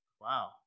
Wow